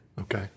Okay